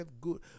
good